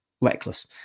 reckless